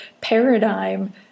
paradigm